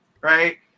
Right